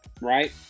right